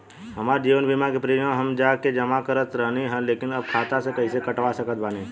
हमार जीवन बीमा के प्रीमीयम हम जा के जमा करत रहनी ह लेकिन अब खाता से कइसे कटवा सकत बानी?